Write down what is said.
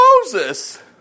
Moses